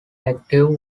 active